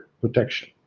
protection